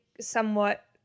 somewhat